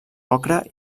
ocre